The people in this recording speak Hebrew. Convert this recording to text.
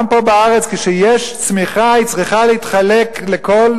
גם פה בארץ כשיש צמיחה היא צריכה להתחלק לכל